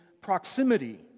proximity